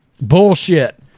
bullshit